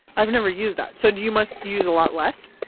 i've never used that. so you must use a lot less?